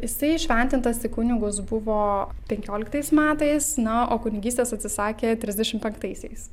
jisai įšventintas į kunigus buvo penkioliktais metais na o kunigystės atsisakė trisdešimt penktaisiais